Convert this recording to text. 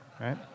right